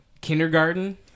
kindergarten